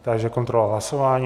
Takže kontrola hlasování.